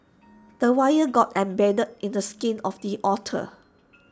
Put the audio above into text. the wire got embedded in the skin of the otter